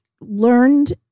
learned